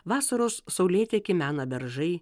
vasaros saulėtekį mena beržai